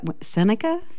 Seneca